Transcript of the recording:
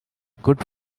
good